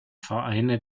vereine